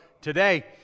today